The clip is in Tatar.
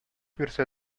бирсә